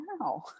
Wow